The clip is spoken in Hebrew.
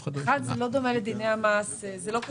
זה לא דומה לדיני המס, זה לא קשור.